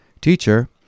Teacher